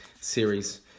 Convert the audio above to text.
series